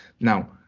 Now